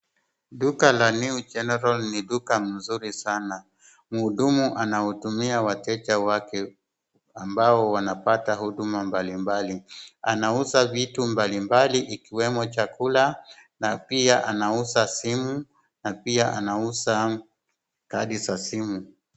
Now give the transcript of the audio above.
Duka la New General ni duka mzuri sana. Mhudumu anahudumia wateja wake ambao wanapata huduma mbali mbali. Anauza vitu mbali mbali ikiwemo chakula, na pia anauza simu, na pia anauza kadi za simu.